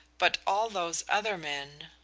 but all those other men!